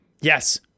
Yes